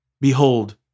Behold